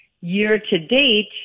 year-to-date